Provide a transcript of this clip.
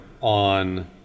on